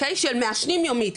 של מעשנים יומית,